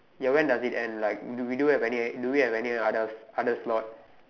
you when does it end like do we do do we have another another slot